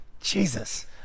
Jesus